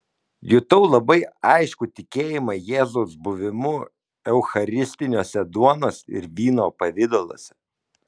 jutau labai aiškų tikėjimą jėzaus buvimu eucharistiniuose duonos ir vyno pavidaluose